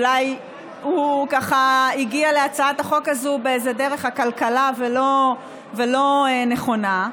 אולי הוא הגיע להצעת החוק הזאת באיזה דרך עקלקלה ולא נכונה.